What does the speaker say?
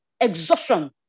exhaustion